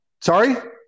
Sorry